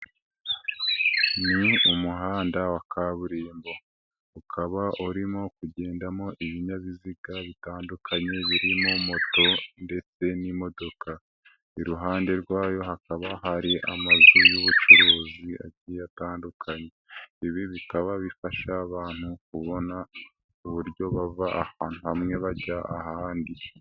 Ni umuhanda wa kaburimbo, ukaba urimo kugendamo ibinyabiziga bitandukanye birimo moto ndetse n'imodoka, iruhande rwayo hakaba hari amazu y'ubucuruzi agiye atandukanye, ibi bikaba bifasha abantu kubona uburyo bava ahantu hamwe bajya ahandi.